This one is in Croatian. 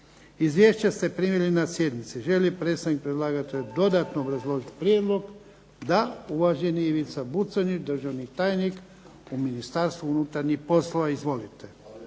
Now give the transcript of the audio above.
Izvješća ste primili na sjednici. Želi li predstavnik predlagatelja dodatno obrazložiti prijedlog? DA. Uvaženi Ivica Buconjić, državni tajnik u Ministarstvu unutarnjih poslova.